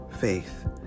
faith